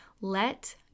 Let